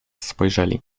spojrzeli